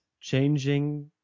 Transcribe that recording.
changing